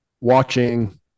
watching